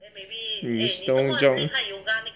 你 slow jog